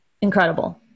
Incredible